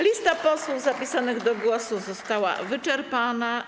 Lista posłów zapisanych do głosu została wyczerpana.